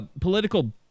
political